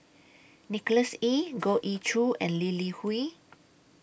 Nicholas Ee Goh Ee Choo and Lee Li Hui